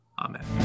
amen